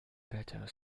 better